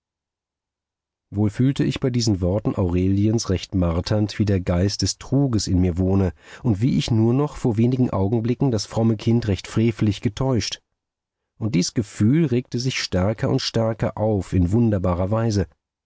wohl fühlte ich bei diesen worten aureliens recht marternd wie der geist des truges in mir wohne und wie ich nur noch vor wenigen augenblicken das fromme kind recht frevelig getäuscht und dies gefühl regte sich stärker und stärker auf in wunderbarer weise